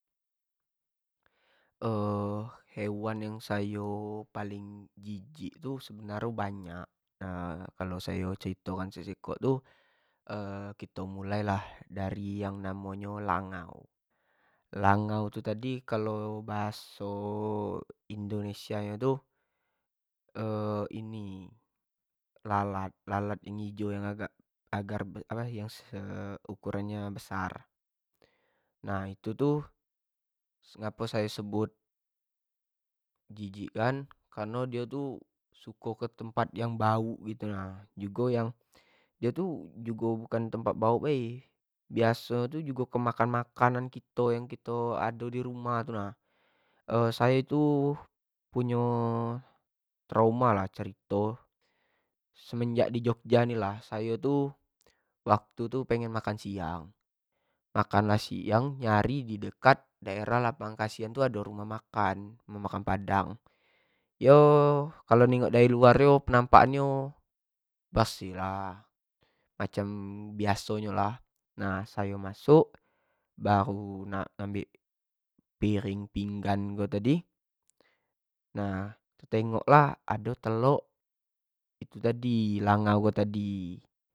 hewan yang sayo paling jijik tu sebenar nyo tu banyak, nah kalo sayo ceritokan ekok-sekok tu kito mulai lah dari yang namo nyo langau, langau ko tadi kalua bahaso indonesia nyo tu ini lalat, lalat yang ini ijo agak se ukuran nyo besar, nah itu ngapo sayo sebut jijik kan, kareno diok tu suko ketempat yang bauk gitu nah, jugo dio tu jugo bukan di tempat bauk bae, biaso nyo tu jugo ke makanan-makanan kito, kito ado dir umah tu nah, sayo tu punyo trauma lah cerito, semenjak di jogja ni lah sayo tu waktu tu pengen makan siang-makan siang nyari di dekat daerah lapangan kasian tu ado rumah makan, rumah makan padang, yo kalo di tengok dari luar nyo penampak an bersih lah, macam biaso nyo lah, nah sayo masuk baru nak ngambek piring pinggan ko tadi, nah te tengok lah ado telok itu tadi langau ko tadi.